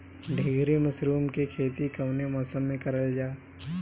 ढीघरी मशरूम के खेती कवने मौसम में करल जा?